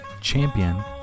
champion